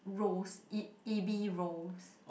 roes e~ ebi roes